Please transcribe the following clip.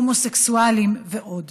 הומוסקסואלים ועוד.